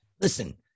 listen